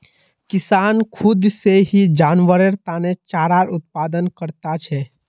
किसान खुद से ही जानवरेर तने चारार उत्पादन करता छे